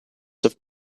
have